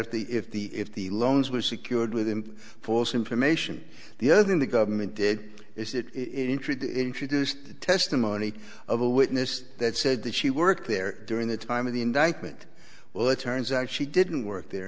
if the if the if the loans were secured with him false information the other than the government did is that it intrigued introduced the testimony of a witness that said that she worked there during the time of the indictment well it turns out she didn't work there